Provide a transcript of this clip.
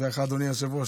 תודה לך, אדוני היושב-ראש.